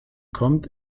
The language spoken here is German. kommt